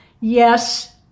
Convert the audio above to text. yes